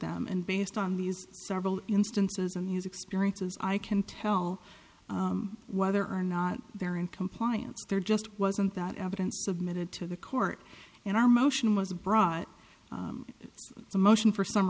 them and based on these several instances in his experiences i can tell whether or not they're in compliance there just wasn't that evidence submitted to the court and our motion was brought in a motion for s